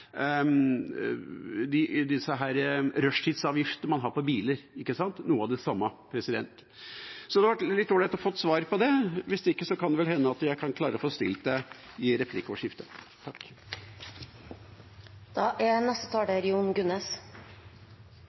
man har for biler. Det hadde vært all right å få svar på det. Hvis ikke kan det vel hende at jeg kan klare å få stilt spørsmålet i replikkordskiftet. Grønn skipsfart er